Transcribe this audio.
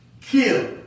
kill